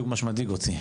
זה.